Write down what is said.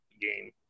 game